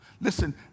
Listen